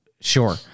Sure